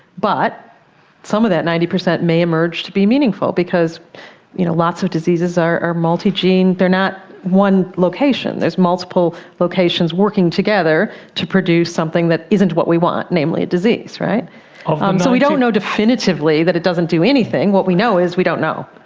but some of that ninety percent may emerge to be meaningful because you know lots of diseases are are multi-gene, they are not one location, there's multiple locations working together to produce something that isn't what we want, namely disease. um so we don't know definitively that it doesn't do anything. what we know is we don't know.